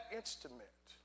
instrument